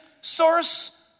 source